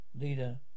leader